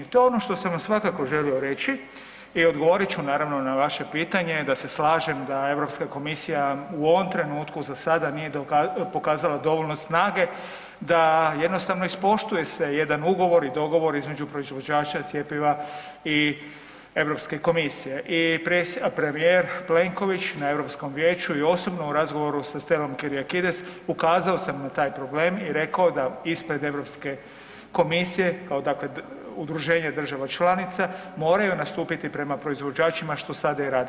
To je ono što vam svakako želio reći i odgovorit ću naravno, na vaše pitanje da se slažem da EU komisija u ovom trenutku za sada nije pokazala dovoljno snage da jednostavno ispoštuje se jedan ugovor i dogovor između proizvođača cjepiva i EU komisije i premijer Plenković na EU vijeću i osobno u razgovoru sa Stelom Kiriakides, ukazao sam na taj problem i rekao da ispred EU komisije kao takve, udruženje država članica, moraju nastupiti prema proizvođačima, što sada i rade.